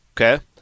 okay